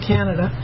Canada